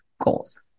goals